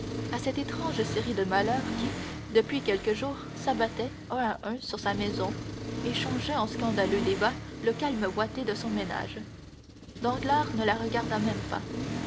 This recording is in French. à cette étrange série de malheurs qui depuis quelques jours s'abattaient un à un sur sa maison et changeaient en scandaleux débats le calme ouaté de son ménage danglars ne la regarda même pas